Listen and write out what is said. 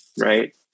right